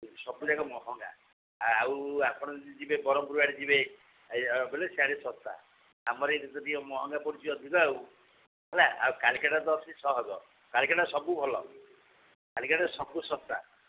ସବୁ ଯାକ ମହଙ୍ଗା ଆଉ ଆପଣ ଯଦି ଯିବେ ବରହମ୍ପୁର୍ ଆଡ଼େ ଯିବେ ଏଇଆ ବୋଲେ ସିଆଡ଼େ ଶସ୍ତା ଆମର ମହଙ୍ଗା ପଡ଼ୁଛି ଟିକେ ଅଧିକା ହେଲା ଆଉ କାଲ୍କାଟା ତ ଅତି ସହଜ କାଲ୍କାଟା ସବୁ ଭଲ କାଲ୍କାଟାରେ ସବୁ ଶସ୍ତା